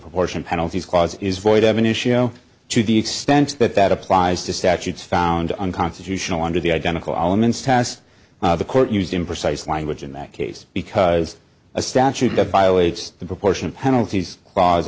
proportion penalties clause is void of an issue to the extent that that applies to statutes found unconstitutional under the identical elements test the court used imprecise language in that case because a statute does violates the proportion penalties